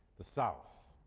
the south